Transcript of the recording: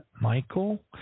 Michael